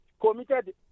committed